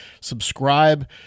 Subscribe